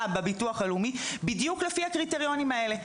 בביטוח הלאומי בדיוק לפי הקריטריונים האלה.